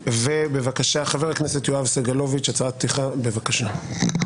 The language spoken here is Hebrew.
חבר הכנסת יואב סגלוביץ', הצהרת פתיחה, בבקשה.